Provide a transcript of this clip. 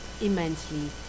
immensely